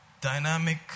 dynamic